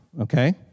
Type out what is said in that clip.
Okay